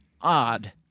odd